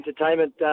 entertainment